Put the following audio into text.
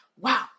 wow